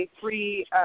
free